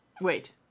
wait